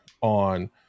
on